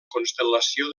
constel·lació